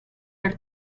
are